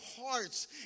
hearts